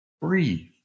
Breathe